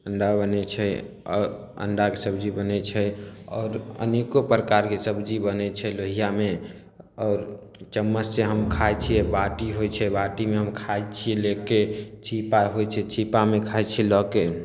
अण्डा बनय छै औ अण्डाके सब्जी बनय छै आओर अनेको प्रकारके सब्जी बनय छै लोहियामे आओर चम्मचसँ हम खाइ छियै बाटी होइ छै बाटीमे हम खाइ छी लेके छीपा होइ छै छीपामे खाइ छी लअके